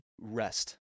rest